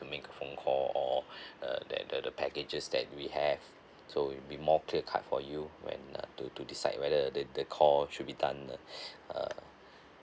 to make a phone call or the the the packages that we have so will be more clear cut for you when uh to to decide whether the the call should be done uh